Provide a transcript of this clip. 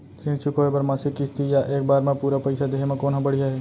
ऋण चुकोय बर मासिक किस्ती या एक बार म पूरा पइसा देहे म कोन ह बढ़िया हे?